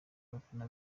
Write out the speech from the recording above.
abafana